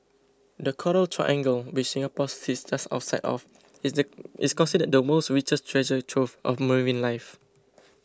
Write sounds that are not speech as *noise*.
the coral triangle which Singapore sits just outside of is *unintelligible* is considered the world's richest treasure trove of marine life